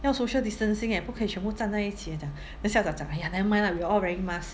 要 social distancing eh 不可以全部站在一起 eh 他讲 then 校长讲 !aiya! nevermind lah we are all wearing mask